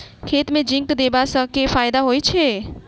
खेत मे जिंक देबा सँ केँ फायदा होइ छैय?